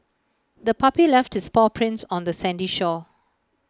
the puppy left its paw prints on the sandy shore